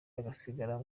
agasigara